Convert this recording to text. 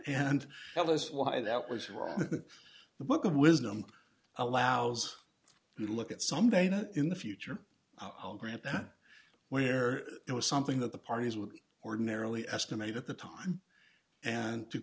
us why that was who are the book of wisdom allows you to look at some data in the future i'll grant that where it was something that the parties would ordinarily estimate at the time and to